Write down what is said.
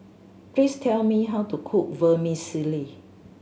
please tell me how to cook Vermicelli